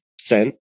cent